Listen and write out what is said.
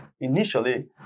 initially